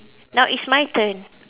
now it's my turn